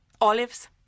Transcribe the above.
Olives